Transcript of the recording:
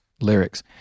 lyrics